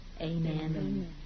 Amen